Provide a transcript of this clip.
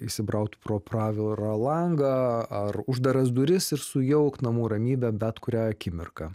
įsibraut pro pravirą langą ar uždaras duris ir sujaukt namų ramybę bet kurią akimirką